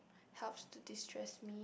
helps to destress me